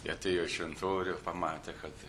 atėjo į šventorių pamatė kad